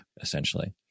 essentially